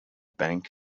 bank